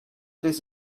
this